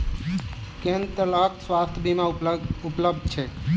केँ तरहक स्वास्थ्य बीमा उपलब्ध छैक?